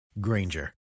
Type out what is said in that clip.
Granger